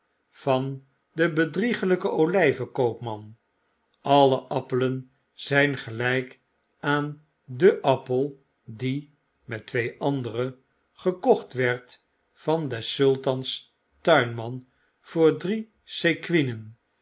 van den bedrieglyken olijvenkoopman alle appelen zyn gelyk aan den appel die met twee andere gekocht werd van des sultan's tuinman voor